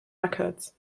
records